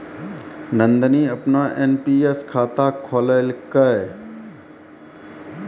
नंदनी अपनो एन.पी.एस खाता खोललकै